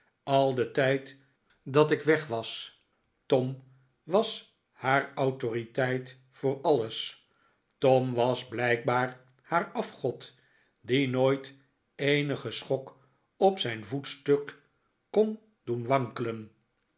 al den tijd dat ik weg was tom was haar autoriteit voor alles tom was blijkbaar haar afgod dien nooit eenige schok op zijn voetstuk kon doen wankelen